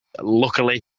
luckily